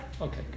Okay